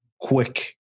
quick